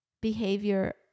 behavior